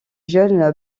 jeune